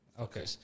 Okay